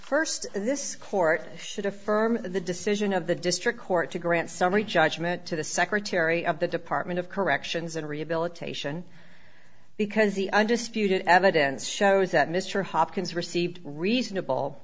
st this court should affirm the decision of the district court to grant summary judgment to the secretary of the department of corrections and rehabilitation because the undisputed evidence shows that mr hopkins received reasonable